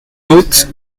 nôtes